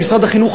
במשרד החינוך,